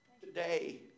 today